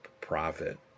profit